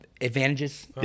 advantages